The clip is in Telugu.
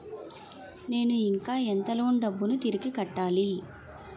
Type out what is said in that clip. నేను ఇంకా ఎంత లోన్ డబ్బును తిరిగి కట్టాలి?